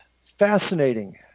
Fascinating